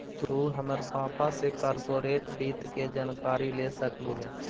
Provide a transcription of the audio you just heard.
तु हमर पापा से कॉर्पोरेट वित्त के जानकारी ले सकलहुं हे